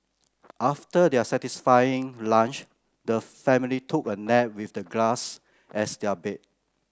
after their satisfying lunch the family took a nap with the grass as their bed